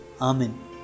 Amen